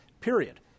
period